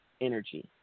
energy